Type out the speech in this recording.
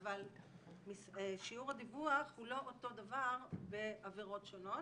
אבל שיעור הדיווח הוא לא אותו דבר בעבירות שונות,